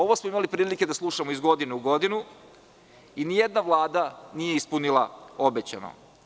Ovo smo imali prilike da slušamo iz godine u godinu i nijedna Vlada nije ispunila obećano.